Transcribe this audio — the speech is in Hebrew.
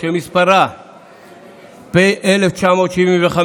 שמספרה פ/1975,